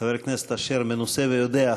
חבר הכנסת אשר מנוסה ויודע.